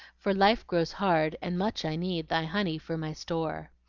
for life grows hard, and much i need thy honey for my store.